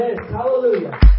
Hallelujah